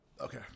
Okay